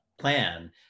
plan